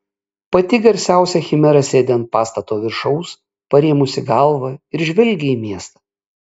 pati garsiausia chimera sėdi ant pastato viršaus parėmusi galvą ir žvelgia į miestą